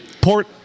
Port